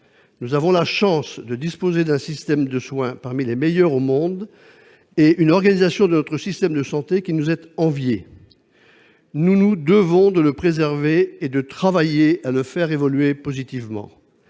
Nous avons la chance de disposer d'un système de soins parmi les meilleurs au monde et d'une organisation de notre système de santé qui nous est enviée. Nous nous devons de les préserver et de travailler à les faire évoluer positivement.